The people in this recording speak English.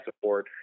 support